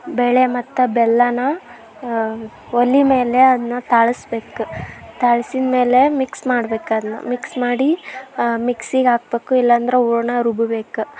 ಬೇಳೆ ಮತ್ತು ಬೆಲ್ಲಾನ ಒಲೆಮೇಲೆ ಅದನ್ನ ತಾಳಿಸ್ಬೇಕ್ ತಾಳ್ಸಿದ ಮೇಲೆ ಮಿಕ್ಸ್ ಮಾಡ್ಬೇಕು ಅದನ್ನ ಮಿಕ್ಸ್ ಮಾಡಿ ಮಿಕ್ಸಿಗೆ ಹಾಕ್ಬೇಕು ಇಲ್ಲಾಂದ್ರೆ ಹೂರ್ಣ ರುಬ್ಬ ಬೇಕು